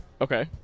Okay